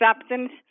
acceptance